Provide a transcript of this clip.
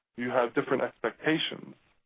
you have different expectations